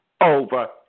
over